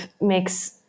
makes